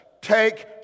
Take